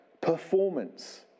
Performance